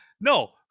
No